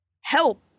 help